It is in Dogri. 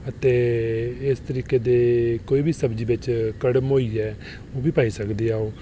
अते इस तरीके दी कोई बी सब्जी कड़म होई आ ओह् बी पाई सकदे ओ